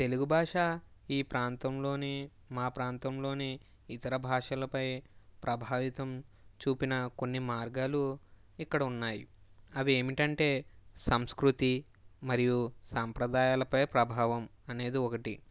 తెలుగు భాష ఈ ప్రాంతంలోని మా ప్రాంతంలోని ఇతర భాషలపై ప్రభావితం చూపిన కొన్ని మార్గాలు ఇక్కడ ఉన్నాయి అవి ఏమిటంటే సంస్కృతి మరియు సంప్రదాయాలపై ప్రభావం అనేది ఒకటి